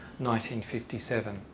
1957